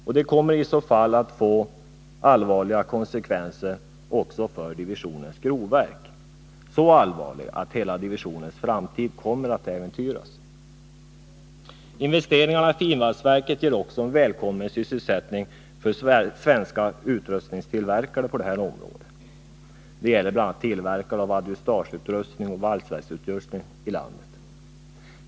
I så fall kommer det att få allvarliga konsekvenser också för divisionens grovverk; så allvarliga att hela divisionens framtid kan komma att äventyras. Investeringarna i finvalsverket ger också välkommen sysselsättning för svenska utrustningstillverkare på området. Det gäller bl.a. tillverkare av adjustageutrustning och valsverksutrustning.